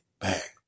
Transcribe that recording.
back